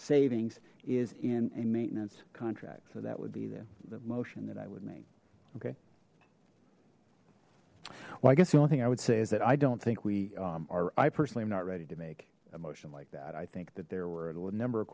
savings is in a maintenance contract so that would be the motion that i would make okay well i guess the only thing i would say is that i don't think we are i personally am not ready to make a motion like that i think that there were a number of